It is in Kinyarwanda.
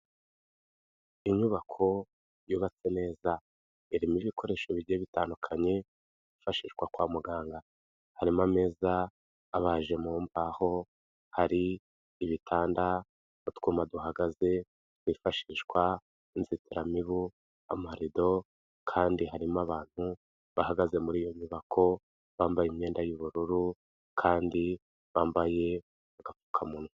Inyubako yubatse neza. irimo ibikoresho bigiye bitandukanye, byifashishwa kwa muganga. harimo ameza abaje mu mbaho, hari ibitanda n'utwuma duhagaze twifashishwa, inzitiramibu, amarido, kandi harimo abantu bahagaze muri iyo nyubako bambaye imyenda y'ubururu ,kandi bambaye agapfukamunwa.